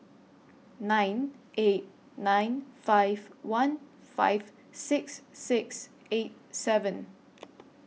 nine eight nine five one five six six eight seven